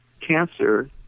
cancer